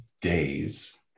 days